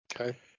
okay